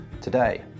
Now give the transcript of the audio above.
today